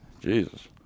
Jesus